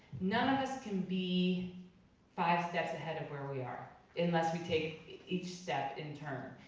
none of us can be five steps ahead of where we are unless we take each step in turn.